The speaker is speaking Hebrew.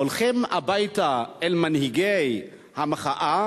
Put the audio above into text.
הולכים הביתה אל מנהיגי המחאה,